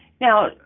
Now